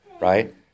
right